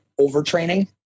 overtraining